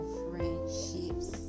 friendships